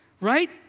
right